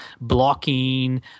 blocking